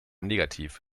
negativ